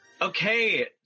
Okay